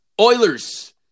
Oilers